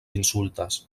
insultas